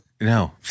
No